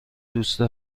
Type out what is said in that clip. دوست